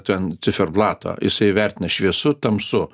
ten ciferblato jisai vertina šviesu tamsu